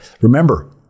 remember